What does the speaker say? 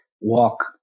walk